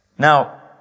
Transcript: Now